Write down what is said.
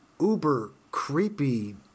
uber-creepy